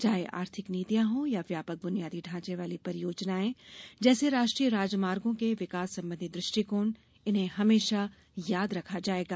चाहे आर्थिक नीतियां हों या व्यापक बुनियादी ढांचे वाली परियोजनाएं जैसे राष्ट्रीय राजमार्गों के विकास संबंधी दृष्टिकोण इन्हें हमेशा याद रखा जाएगा